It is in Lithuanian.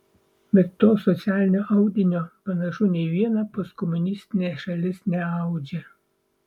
bet to socialinio audinio panašu nei viena postkomunistinė šalis neaudžia